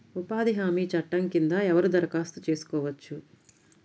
ఉపాధి హామీ చట్టం కింద ఎవరు దరఖాస్తు చేసుకోవచ్చు?